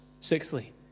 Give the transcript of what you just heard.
Sixthly